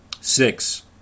Six